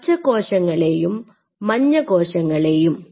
പച്ച കോശങ്ങളെയും മഞ്ഞ കോശങ്ങളെയും